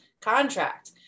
Contract